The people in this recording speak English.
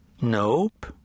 Nope